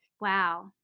Wow